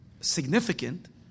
significant